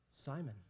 Simon